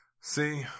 See